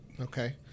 okay